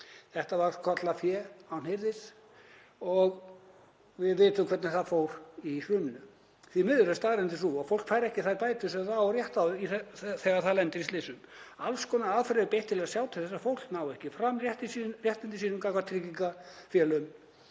Þetta var kallað fé án hirðis og við vitum hvernig það fór í hruninu. Því miður er staðreyndin sú að fólk fær ekki þær bætur sem það á rétt á þegar það lendir í slysum. Alls konar aðferðum er beitt til að sjá til þess að fólk nái ekki fram rétti sínum gagnvart tryggingafélögunum,